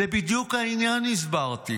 זה בדיוק העניין", הסברתי.